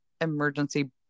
emergency